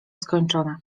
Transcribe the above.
skończone